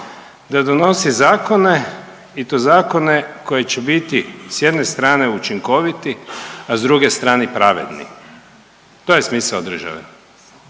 Da donosi zakone i to zakone koji će biti s jedne strane učinkoviti, a s druge strane pravedni. To je smisao države.